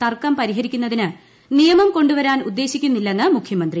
തർക്കം പരിഹരിക്കുന്നതിന് നിയമം കൊണ്ടുവരാൻ ഉദ്ദേശിക്കുന്നില്ലെന്ന് മുഖ്യമന്ത്രി